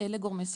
אלה גורמי סיכון.